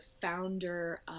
founder